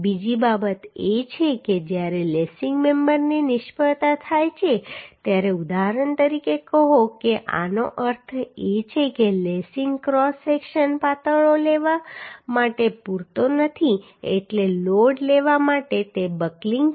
બીજી બાબત એ છે કે જ્યારે લેસિંગ મેમ્બરની નિષ્ફળતા થાય છે ત્યારે ઉદાહરણ તરીકે કહો કે આનો અર્થ એ છે કે લેસિંગ ક્રોસ સેક્શન પાતળો લેવા માટે પૂરતો નથી એટલે લોડ લેવા માટે તે બકલિંગ છે